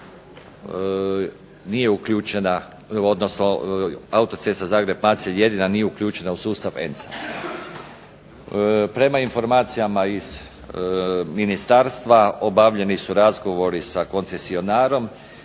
nije uključena odnosno autocesta Zagreb-Macelj jedina nije uključena u sustav ENC-a. Prema informacijama iz ministarstva obavljeni su razgovori sa koncesionarom